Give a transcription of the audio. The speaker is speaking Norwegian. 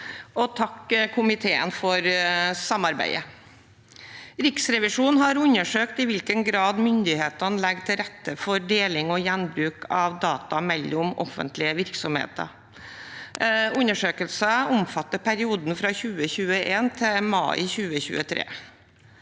takke komiteen for samarbeidet. Riksrevisjonen har undersøkt i hvilken grad myndighetene legger til rette for deling og gjenbruk av data mellom offentlige virksomheter. Undersøkelsen omfatter perioden fra 2021 til mai 2023.